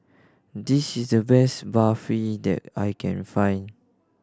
this is the best Barfi that I can find